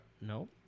no